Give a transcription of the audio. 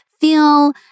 feel